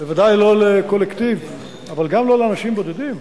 ודאי לא לקולקטיב, אבל גם לא לאנשים בודדים,